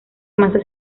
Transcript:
masa